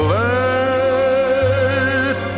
let